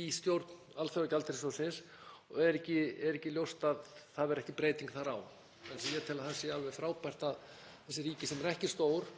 í stjórn Alþjóðagjaldeyrissjóðsins og er ekki ljóst að ekki verði breyting þar á? Ég tel að það sé alveg frábært að þessi ríki, sem eru ekki stór,